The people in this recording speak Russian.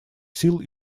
сил